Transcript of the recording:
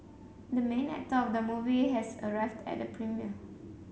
the main actor of the movie has arrived at the premiere